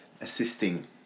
assisting